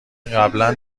قبلا